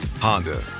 Honda